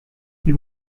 s’il